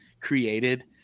created